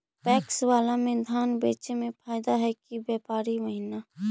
PACS बाला में धान बेचे मे फायदा है कि व्यापारी महिना?